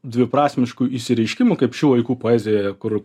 dviprasmiškų išsireiškimų kaip šių laikų poezijoje kur